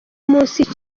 munsi